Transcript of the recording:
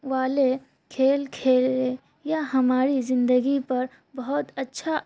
والے کھیل کھیلے یا ہماری زندگی پر بہت اچھا